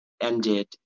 ended